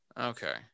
Okay